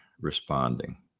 responding